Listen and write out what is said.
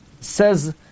says